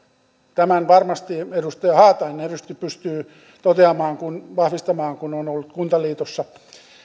tämän varmasti edustaja haatainen pystyy vahvistamaan kun on ollut kuntaliitossa